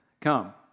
come